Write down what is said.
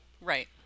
Right